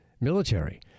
military